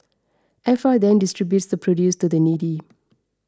F R then distributes the produce to the needy